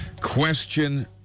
Question